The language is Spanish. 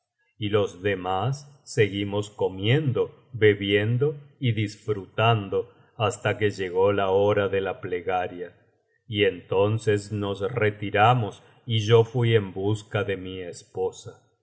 y los demás seguimos comiendo bebiendo y disfrutando hasta que llegó la hora ele la plegaria y entonces nos retiramos y yo fui en busca de mi